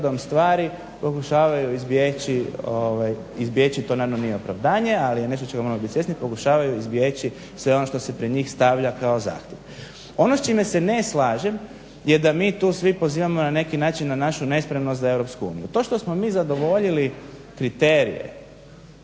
stvari pokušavaju izbjeći. To naravno nije opravdanje, ali je nešto čega moramo bit svjesni, pokušavaju izbjeći sve ono što se pred njih stavlja kao zahtjev. Ono s čime se ne slažem je da mi tu svi pozivamo na neki način na našu nespremnost za EU. To što smo mi zadovoljili kriterije